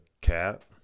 cat